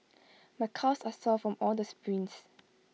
my calves are sore from all the sprints